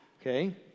Okay